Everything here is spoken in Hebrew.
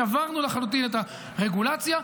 שברנו לחלוטין את הרגולציה.